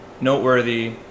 noteworthy